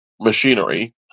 machinery